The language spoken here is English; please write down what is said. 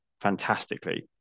fantastically